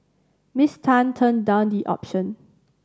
Miss Tan turned down the option